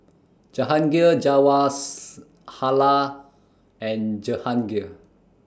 Jahangir Jawaharlal and Jehangirr